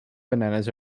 bananas